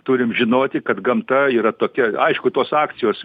turim žinoti kad gamta yra tokia aišku tos akcijos